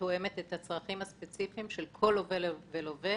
תואמת את הצרכים הספציפיים של כל לווה ולווה,